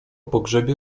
pogrzebie